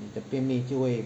你的便秘就会